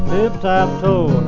Tip-tap-toe